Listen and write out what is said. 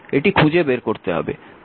এটি খুঁজে বের করতে হবে